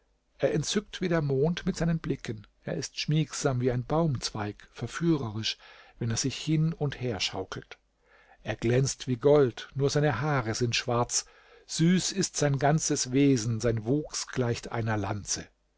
er entzückt wie der mond mit seinen blicken er ist schmiegsam wie ein baumzweig verführerisch wenn er sich hin und her schaukelt er glänzt wie gold nur seine haare sind schwarz süß ist sein ganzes wesen sein wuchs gleicht einer lanze